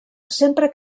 sempre